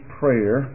prayer